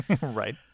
right